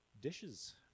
dishes